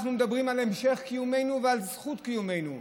אנחנו מדברים על המשך קיומנו ועל זכות קיומנו.